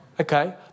Okay